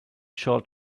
short